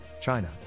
China